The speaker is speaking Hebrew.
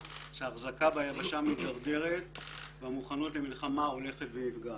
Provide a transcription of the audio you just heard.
שהאחזקה ביבשה מידרדרת והמוכנות למלחמה הולכת ונפגעת,